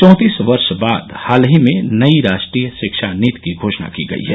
चौंतीस वर्ष बाद हाल ही में नई राष्ट्रीय शिक्षा नीति की घोषणा की गई है